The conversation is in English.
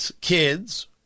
kids